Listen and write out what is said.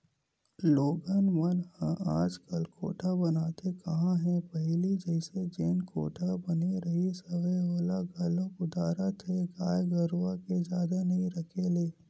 लोगन मन ह आजकल कोठा बनाते काँहा हे पहिली जइसे जेन कोठा बने रिहिस हवय ओला घलोक ओदरात हे गाय गरुवा के जादा नइ रखे ले